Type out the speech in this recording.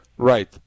Right